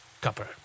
copper